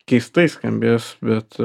keistai skambės bet